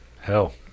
hell